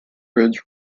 ridge